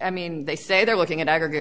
i mean they say they're looking at aggregate